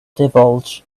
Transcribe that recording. divulge